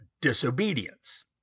disobedience